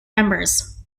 members